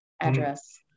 address